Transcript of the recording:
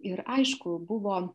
ir aišku buvo